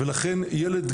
ילד,